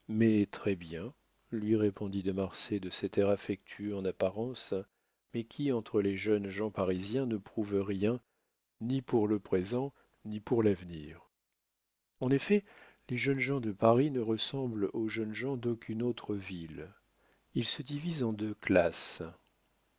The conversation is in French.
mais très-bien lui répondit de marsay de cet air affectueux en apparence mais qui entre les jeunes gens parisiens ne prouve rien ni pour le présent ni pour l'avenir en effet les jeunes gens de paris ne ressemblent aux jeunes gens d'aucune autre ville ils se divisent en deux classes